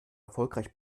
erfolgreich